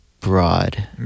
broad